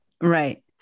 right